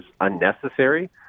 unnecessary